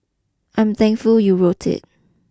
I'm thankful you wrote it